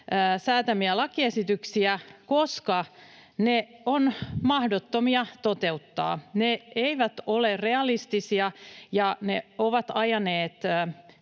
säätämiä lakiesityksiä, koska ne ovat mahdottomia toteuttaa. Ne eivät ole realistisia, ja ne ovat ajaneet